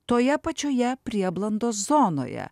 toje pačioje prieblandos zonoje